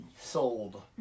sold